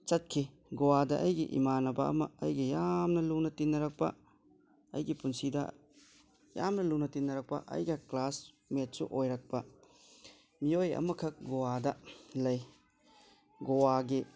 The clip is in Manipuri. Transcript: ꯆꯠꯈꯤ ꯒꯣꯋꯥꯗ ꯑꯩꯒꯤ ꯏꯃꯥꯟꯅꯕ ꯑꯃ ꯑꯩꯒ ꯌꯥꯝꯅ ꯂꯨꯅ ꯇꯤꯟꯅꯔꯛꯄ ꯑꯩꯒꯤ ꯄꯨꯟꯁꯤꯗ ꯌꯥꯝꯅ ꯂꯨꯅ ꯇꯤꯟꯅꯔꯛꯄ ꯑꯩꯒ ꯀ꯭ꯂꯥꯁꯃꯦꯠꯁꯨ ꯑꯣꯏꯔꯛꯄ ꯃꯤꯑꯣꯏ ꯑꯃꯈꯛ ꯒꯣꯋꯥꯗ ꯂꯩ ꯒꯣꯋꯥꯒꯤ